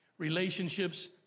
relationships